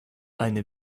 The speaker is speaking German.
eine